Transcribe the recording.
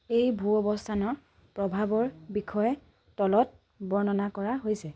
এই ভূ অৱস্থানৰ প্ৰভাৱৰ বিষয়ে তলত বৰ্ণনা কৰা হৈছে